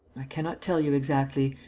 i cannot tell you exactly.